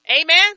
Amen